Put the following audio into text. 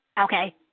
Okay